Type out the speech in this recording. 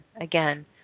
Again